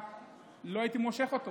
לא הייתי מושך אותו